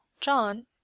John